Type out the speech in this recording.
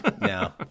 No